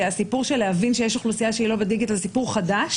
הסיפור של להבין שיש אוכלוסייה שהיא לא בדיגיטל זה סיפור חדש